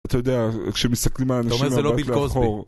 אתה יודע, כשמסתכלים מהאנשים הולכים לאחור...